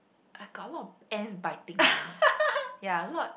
I got a lot of ants biting me ya a lot